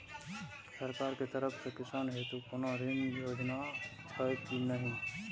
सरकार के तरफ से किसान हेतू कोना ऋण योजना छै कि नहिं?